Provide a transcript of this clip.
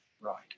right